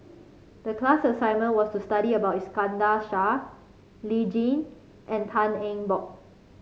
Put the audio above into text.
the class assignment was to study about Iskandar Shah Lee Tjin and Tan Eng Bock